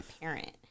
parent